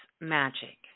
magic